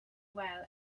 well